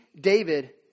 David